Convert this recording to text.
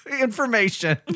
information